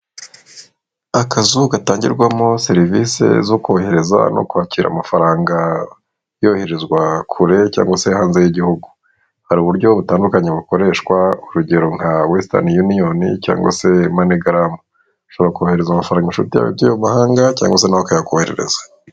Akazu gatangirwamo serivisi zo kohereza no kwakira amafaranga yoherezwa kure cyangwa se hanze y'igihugu, hari uburyo butandukanye bukoreshwa urugero nka wesitani yuniyoni cyangwa se manigarama, ushobora koherereza amafaranga inshuti yawe yagiye mu mahanga cyangwa se nawe akayakoherereza.